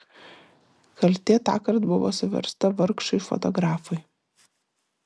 kaltė tąkart buvo suversta vargšui fotografui